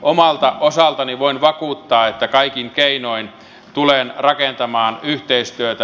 omalta osaltani voin vakuuttaa että kaikin keinoin tulen rakentamaan yhteistyötä